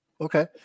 Okay